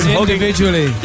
individually